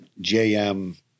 JM